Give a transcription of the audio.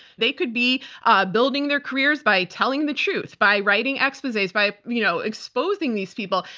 they could be ah building their careers by telling the truth, by writing exposes, by you know exposing these people.